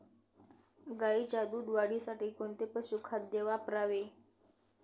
गाईच्या दूध वाढीसाठी कोणते पशुखाद्य वापरावे?